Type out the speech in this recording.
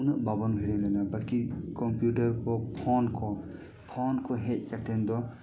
ᱩᱱᱟᱹᱜ ᱵᱟᱵᱚᱱ ᱵᱷᱤᱲᱟᱹᱣ ᱞᱮᱱᱟ ᱵᱟᱠᱤ ᱠᱚᱢᱯᱤᱭᱩᱴᱟᱨ ᱠᱚ ᱯᱷᱳᱱ ᱠᱚ ᱯᱷᱳᱱ ᱠᱚ ᱦᱮᱡ ᱠᱟᱛᱮᱱ ᱫᱚ